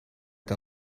que